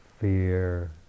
fear